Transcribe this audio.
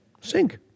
sink